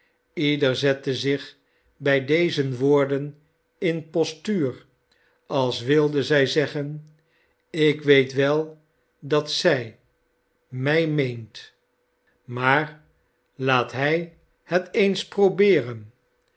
leder zette zich bij deze woorden inpostuur als wilde zij zeggen ik weet wel dat zij mij meent maar laat hij het eens probeeren